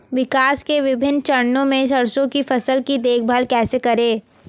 विकास के विभिन्न चरणों में सरसों की फसल की देखभाल कैसे करें?